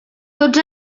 tots